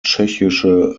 tschechische